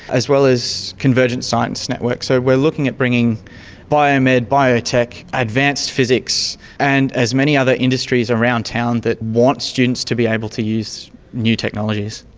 as well as convergent science networks. so we are looking at bringing biomed, biotech, advanced physics, and as many other industries around town that want students to be able to use new technologies.